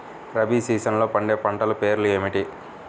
రబీ సీజన్లో పండే పంటల పేర్లు ఏమిటి?